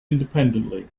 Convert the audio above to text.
independently